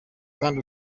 kandi